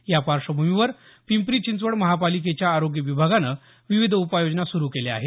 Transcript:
या पार्श्वभूमीवर पिंपरी चिंचवड महापालिकेच्या आरोग्य विभागानं विविध उपाययोजना सुरु केल्या आहेत